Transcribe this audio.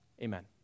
Amen